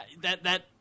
that—that